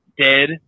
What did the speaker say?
dead